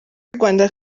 rwanda